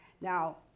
Now